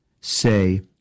say